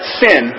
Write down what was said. sin